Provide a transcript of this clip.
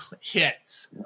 hits